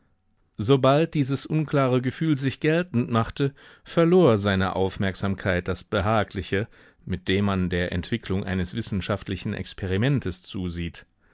sobald dieses unklare gefühl sich geltend machte verlor seine aufmerksamkeit das behagliche mit dem man der entwicklung eines wissenschaftlichen experimentes zusieht